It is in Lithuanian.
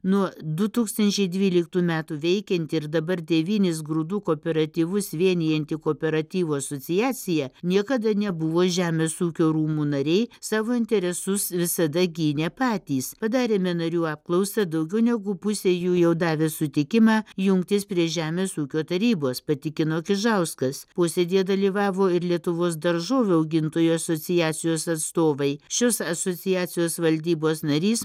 nuo du tūkstančiai dvyliktų metų veikianti ir dabar devynis grūdų kooperatyvus vienijanti kooperatyvų asociacija niekada nebuvo žemės ūkio rūmų nariai savo interesus visada gynė patys padarėme narių apklausą daugiau negu pusė jų jau davė sutikimą jungtis prie žemės ūkio tarybos patikino kižauskas posėdyje dalyvavo ir lietuvos daržovių augintojų asociacijos atstovai šios asociacijos valdybos narys